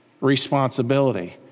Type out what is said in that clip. responsibility